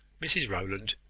mrs rowland,